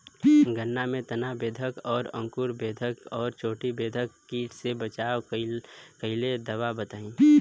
गन्ना में तना बेधक और अंकुर बेधक और चोटी बेधक कीट से बचाव कालिए दवा बताई?